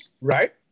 right